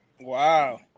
Wow